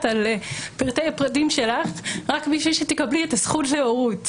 את פרטי הפרטים שלך רק בשביל שתקבלי את הזכות להורות,